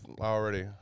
already